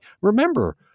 Remember